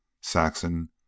Saxon